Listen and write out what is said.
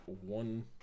one